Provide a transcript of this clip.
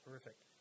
Perfect